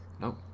nope